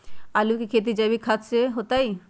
आलु के खेती जैविक खाध देवे से होतई?